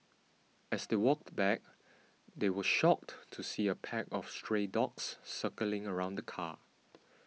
as they walked back they were shocked to see a pack of stray dogs circling around the car